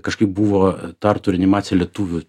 kažkaip buvo tartu reanimacija lietuvių